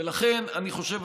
ולכן אני חושב,